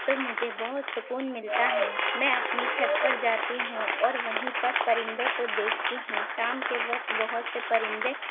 تو مجھے بہت سکون ملتا ہے میں اپنی چھت پر جاتی ہوں اور وہیں پر پرندوں کو دیکھتی ہوں شام کے وقت بہت سے پرندے